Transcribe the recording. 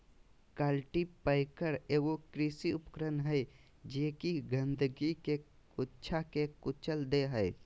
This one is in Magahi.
कल्टीपैकर एगो कृषि उपकरण हइ जे कि गंदगी के गुच्छा के कुचल दे हइ